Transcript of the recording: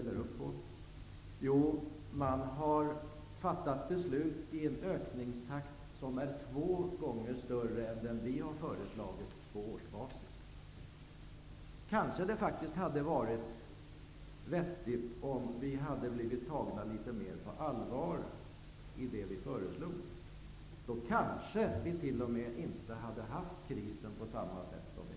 De har fattat beslut om en ökningstakt som är två gånger större än den vi har föreslagit på årsbasis, vilket vi applåderar och ställer upp på. Det hade kanske varit vettigt om vi hade blivit tagna litet mer på allvar i det vi föreslog. Då kanske vi t.o.m. inte hade haft krisen på samma sätt som vi nu har.